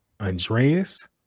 Andreas